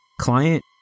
Client